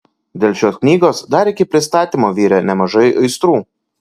dėl šios knygos dar iki pristatymo virė nemažai aistrų